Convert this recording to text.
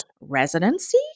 Residency